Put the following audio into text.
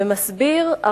ומסביר: